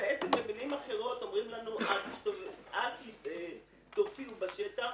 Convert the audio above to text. בעצם במילים אחרות אומרים לנו: אל תופיעו בשטח,